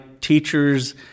teacher's